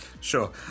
Sure